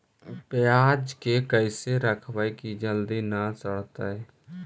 पयाज के कैसे रखबै कि जल्दी न सड़तै?